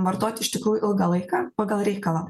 vartoti iš tikrųjų ilgą laiką pagal reikalą